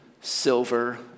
silver